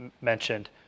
mentioned